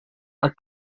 are